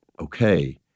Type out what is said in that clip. okay